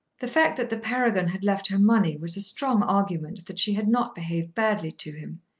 the fact that the paragon had left her money was a strong argument that she had not behaved badly to him.